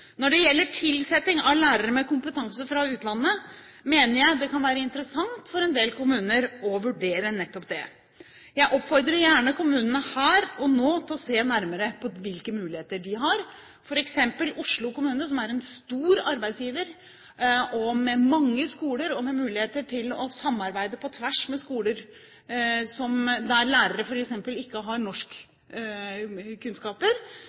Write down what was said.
Når det gjelder tilsetting av lærere med kompetanse fra utlandet, mener jeg det kan være interessant for en del kommuner å vurdere nettopp det. Jeg oppfordrer gjerne kommunene her og nå til å se nærmere på hvilke muligheter de har. For eksempel for Oslo kommune, som er en stor arbeidsgiver, med mange skoler og med muligheter til å samarbeide på tvers med skoler der lærere f.eks. ikke har